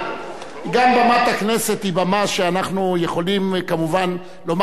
גם במת הכנסת היא במה שאנחנו יכולים כמובן לומר